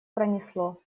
пронесло